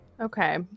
Okay